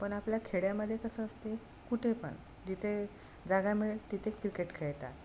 पण आपल्या खेड्यामध्ये कसं असते कुठे पण जिथे जागा मिळेल तिथे क्रिकेट खेळतात